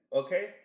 okay